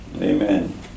Amen